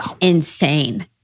insane